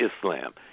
Islam